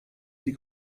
die